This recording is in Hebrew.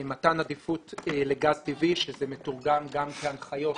מתן עדיפות לגז טבעי שזה מתורגם גם כהנחיות